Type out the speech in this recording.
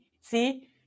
see